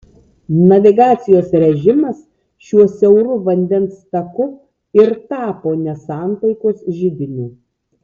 navigacijos režimas šiuo siauru vandens taku ir tapo nesantaikos židiniu